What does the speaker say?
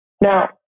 Now